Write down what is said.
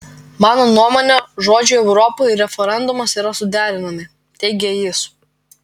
mano nuomone žodžiai europa ir referendumas yra suderinami teigė jis